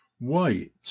wait